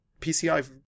PCI